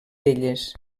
elles